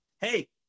Hey